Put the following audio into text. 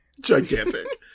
gigantic